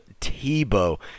Tebow